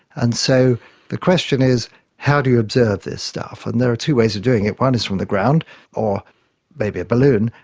and so the question is how do you observe this stuff. and there are two ways of doing it. one is from the ground or maybe a balloon,